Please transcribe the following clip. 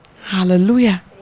Hallelujah